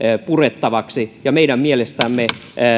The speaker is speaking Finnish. purettavaksi ja meidän mielestämme